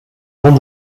rond